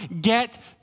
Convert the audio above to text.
get